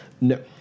No